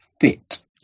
Fit